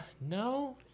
no